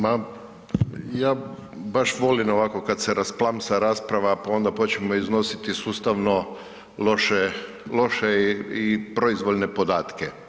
Ma ja baš volim ovako kad se rasplamsa rasprava pa onda počnemo iznositi sustavno loše i proizvoljne podatke.